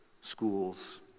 schools